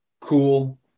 Cool